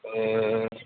ए